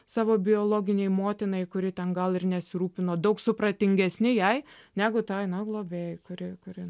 savo biologinei motinai kuri ten gal ir nesirūpino daug supratingesni jai negu tai na globėjai kuri kuri